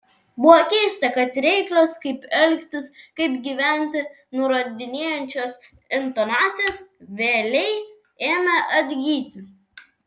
buvo keista kad reiklios kaip elgtis kaip gyventi nurodinėjančios intonacijos vėlei ėmė atgyti